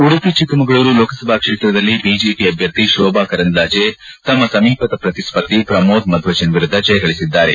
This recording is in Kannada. ಉಡುಪಿ ಚಿಕ್ಕಮಗಳೂರು ಲೋಕಸಭಾ ಕ್ಷೇತ್ರದಲ್ಲಿ ಬಿಜೆಪಿ ಅಭ್ವರ್ಥಿ ಶೋಭಾ ಕರಂದ್ಲಾಜೆ ತಮ್ಮ ಸಮೀಪದ ಪ್ರತಿಸ್ಪರ್ಧಿ ಪ್ರಮೋದ್ ಮಧ್ವರಾಜ್ ವಿರುದ್ದ ಜಯಗಳಿಬಿದ್ದಾರೆ